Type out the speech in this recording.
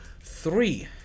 three